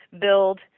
build